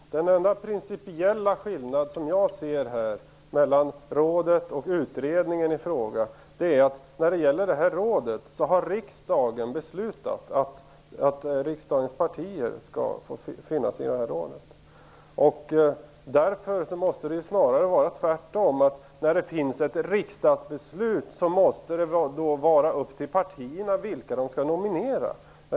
Herr talman! Den enda principiella skillnaden mellan rådet och utredningen i fråga är, som jag ser det, att riksdagen har beslutat att riksdagens partier skall få finnas i rådet. Därför måste det snarare vara tvärtom: När det finns ett riksdagsbeslut måste det vara upp till partierna att avgöra vilka de skall nominera.